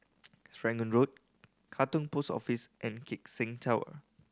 Serangoon Road Katong Post Office and Keck Seng Tower